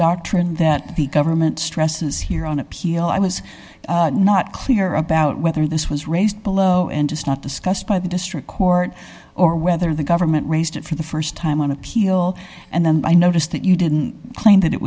doctrine that the government stresses here on appeal i was not clear about whether this was raised below and just not discussed by the district court or whether the government raised it for the st time on appeal and then i noticed that you didn't claim that it